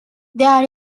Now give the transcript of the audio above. there